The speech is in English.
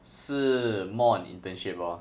是 more on internship lor